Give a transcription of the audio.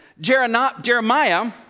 Jeremiah